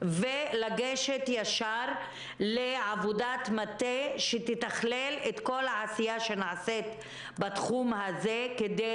ולגשת ישר לעבודת מטה שתתכלל את כל העשייה שנעשית בתחום הזה כדי